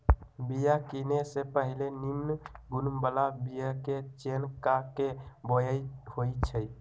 बिया किने से पहिले निम्मन गुण बला बीयाके चयन क के बोआइ होइ छइ